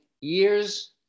years